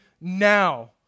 now